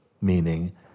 Meaning